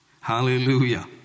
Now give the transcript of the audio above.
Hallelujah